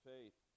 Faith